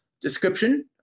description